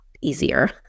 easier